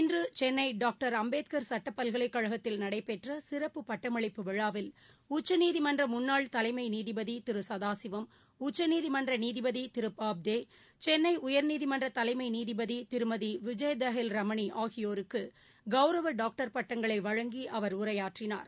இன்றுசென்னைடாக்டர் அம்பேத்கள் சட்டபல்கலைக் கழகத்தில் நடைபெற்றசிறப்பு பட்டமளிப்பு உச்சநீதிமன்றமுன்னாள் தலைமைநீதிபதிதிருசதாசிவம் விழாவில் உச்சநீதிமன்றநீதிபதிதிருபாப்டே சென்னைஉயா்நீதிமன்றதலைமைநீதிபதிதிருமதிவிஜயதஹில் ரமணிஆகியோருக்குகௌரவடாக்டர் பட்டங்களைவழங்கிஅவர் உரையாற்றினார்